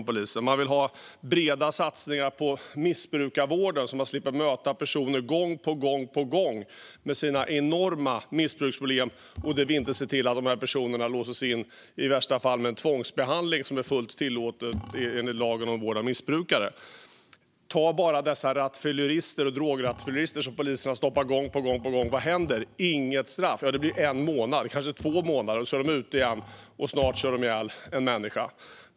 Polisen vill vidare ha breda satsningar på missbrukarvården så att man slipper att gång på gång möta personer med enorma missbruksproblem som inte låses in förrän i värsta fall när det blir fråga om tvångsbehandling, som är fullt tillåtet enligt lagen om vård av missbrukare. Se bara på dessa rattfyllerister och drograttfyllerister som poliserna stoppar gång på gång. Vad händer? Inget straff. Det blir en månad eller kanske två månader och sedan är de ute igen - och snart kör de ihjäl en människa.